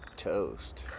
Toast